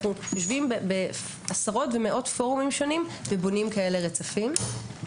אנחנו יושבים בעשרות ובמאות פורומים שונים ובונים כאלו רצפים.